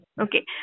Okay